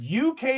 UK